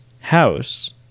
house